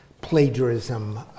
plagiarism